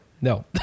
No